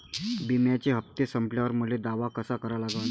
बिम्याचे हप्ते संपल्यावर मले दावा कसा करा लागन?